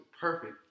perfect